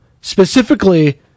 Specifically